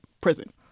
prison